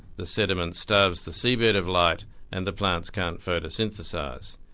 the sediment starves the seabed of light and the plants can't photosynthesise.